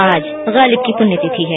आज गालिब की प्रण्यतिथि है